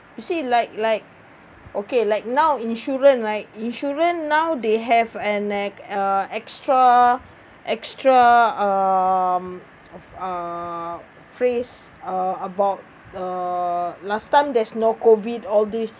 you see like like okay like now insurance right insurance now they have and like a extra extra um of uh phrase uh about uh last time there's no COVID all this